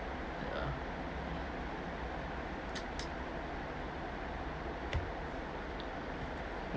ya